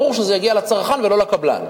ברור שזה יגיע לצרכן ולא לקבלן,